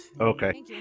okay